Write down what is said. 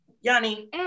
Yanni